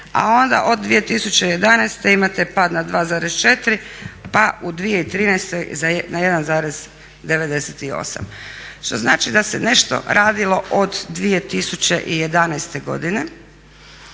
a onda od 2011. imate pad na 2.4 pa u 2013. na 1,98 što znači da se nešto radilo od 2011. godine,